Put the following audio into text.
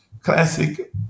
classic